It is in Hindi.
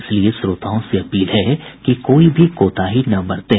इसलिए श्रोताओं से अपील है कि कोई भी कोताही न बरतें